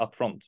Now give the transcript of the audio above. upfront